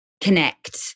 connect